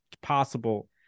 possible